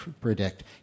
predict